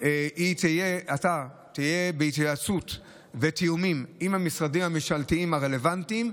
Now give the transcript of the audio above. אתה תהיה בהתייעצות ותיאומים עם המשרדים הממשלתיים הרלוונטיים,